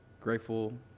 Grateful